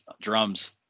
drums